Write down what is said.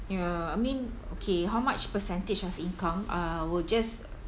uh I mean okay how much percentage of income uh will just